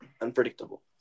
Unpredictable